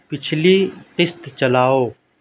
پچھلی قسط چلاؤ